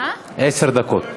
אבל